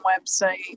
website